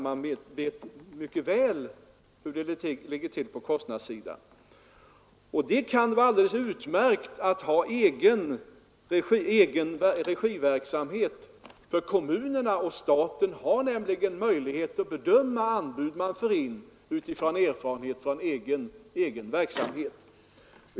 Man vet mycket väl hur det ligger till på kostnadssidan. Det kan vara alldeles utmärkt med egenregiverksamhet. Staten och kommunerna har nämligen då möjlighet att bedöma anbud av erfarenhet från egen verksamhet.